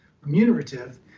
remunerative